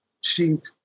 sheet